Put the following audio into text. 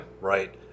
right